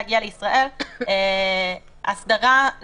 זה הפך להיות חלק מילולי מתוך העבירה,